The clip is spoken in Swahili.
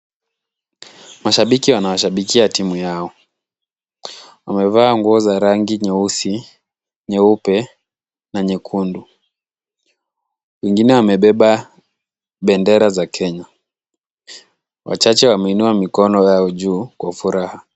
Mashabiki wanaoshabikia timu yao. Wamevaa nguo za rangi nyeusi, nyeupe na nyekundu. Wengine wamebeba bendera za Kenya. Wachache wameinua mikono yao juu kwa furaha.